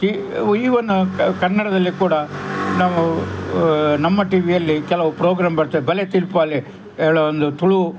ಕ್ ಈವನ್ನ ಕನ್ನಡದಲ್ಲಿ ಕೂಡ ನಾವು ನಮ್ಮ ಟಿ ವಿಯಲ್ಲಿ ಕೆಲವು ಪ್ರೋಗ್ರಾಮ್ ಬರ್ತದೆ ಬಲೇ ತಿರ್ಪಾಲೆ ಹೇಳೋ ಒಂದು ತುಳು